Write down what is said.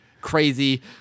crazy